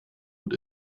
gut